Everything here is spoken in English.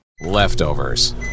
Leftovers